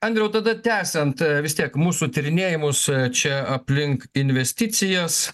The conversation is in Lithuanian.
andriau tada tęsiant vistiek mūsų tyrinėjimus čia aplink investicijos